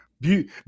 Beauty